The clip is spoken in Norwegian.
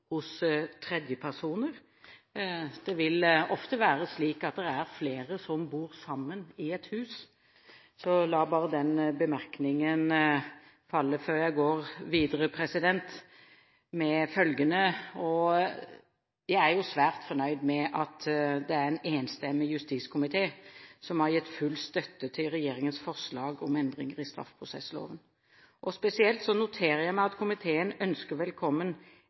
hos tredjepersoner. Det er ofte flere som bor sammen i et hus. La bare den bemerkningen falle før jeg går videre med følgende: Jeg er svært fornøyd med at det er en enstemmig justiskomité som har gitt full støtte til regjeringens forslag om endringer i straffeprosessloven. Spesielt noterer jeg meg at komiteen ønsker velkommen